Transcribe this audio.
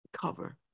Cover